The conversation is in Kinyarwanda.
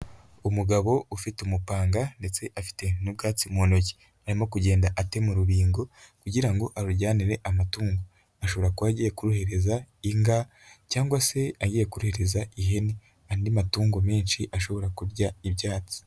Umugabo ufite umupanga ndetse afite n'ubwatsi mu ntoki, arimo kugenda atema urubingo kugira ngo arujyanire amatungo, ashobora kuba agiye kuruhereza inka cyangwa se agiye kuruhereza ihene, andi matungo menshi ashobora kurya ibyatsi.